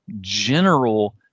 general